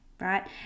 right